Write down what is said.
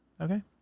Okay